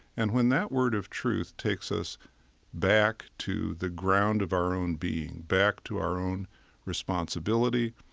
and when that word of truth takes us back to the ground of our own being, back to our own responsibility,